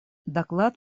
доклад